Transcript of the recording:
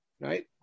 Right